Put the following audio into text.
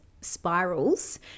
spirals